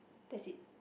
that's it